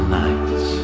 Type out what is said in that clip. nights